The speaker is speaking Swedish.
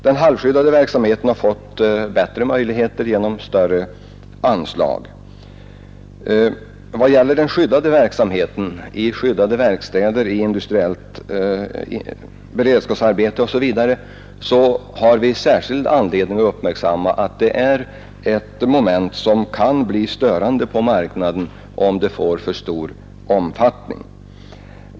Den halvskyddade verksamheten har fått bättre möjligheter genom större anslag. I fråga om den skyddade verksamheten — i skyddade verkstäder, i industriellt beredskapsarbete osv. — har vi särskild anledning att uppmärksamma att den är ett inslag som kan bli störande på marknaden om den får för stor omfattning.